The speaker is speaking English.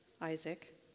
Isaac